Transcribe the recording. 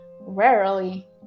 rarely